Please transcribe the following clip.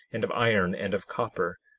and of iron, and of copper.